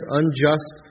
unjust